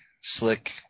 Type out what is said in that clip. slick